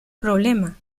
problema